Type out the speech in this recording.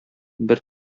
бер